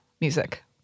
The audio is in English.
music